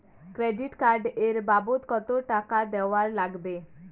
Credit card এর বাবদ কতো টাকা দেওয়া লাগবে?